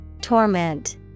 Torment